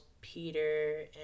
Peter